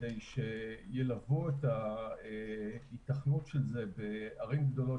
כדי שילוו את ההיתכנות של זה בערים גדולות,